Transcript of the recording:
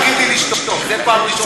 אתה לא יכול להגיד לי לשתוק, זה דבר ראשון.